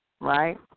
Right